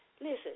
Listen